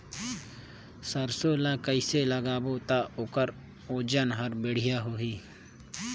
सरसो ला कइसे लगाबो ता ओकर ओजन हर बेडिया होही?